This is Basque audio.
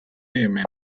hemen